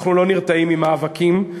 אנחנו לא נרתעים ממאבקים.